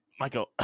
michael